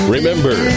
Remember